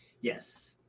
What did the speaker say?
Yes